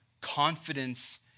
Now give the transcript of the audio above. confidence